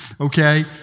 okay